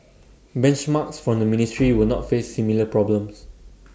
benchmarks from the ministry will not face similar problems